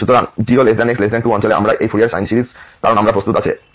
সুতরাং 0x2 অঞ্চল এ আমরা এই ফুরিয়ার সাইন সিরিজ কারণ আমরা প্রস্তুত আছে bns